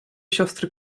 siostry